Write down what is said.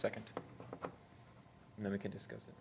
second and then we can discuss it